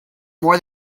more